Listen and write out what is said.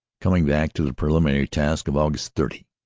coming back to the preliminary task of aug. thirty,